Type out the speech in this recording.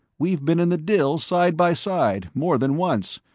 we've been in the dill, side by side, more than once,